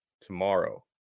tomorrow